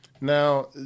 Now